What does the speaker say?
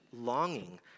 longing